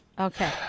Okay